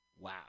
Wow